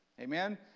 Amen